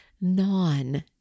non